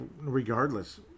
regardless